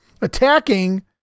attacking